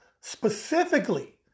specifically